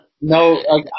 No